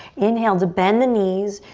inhale to bend the knees.